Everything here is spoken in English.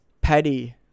petty